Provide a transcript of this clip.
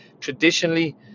Traditionally